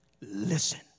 listen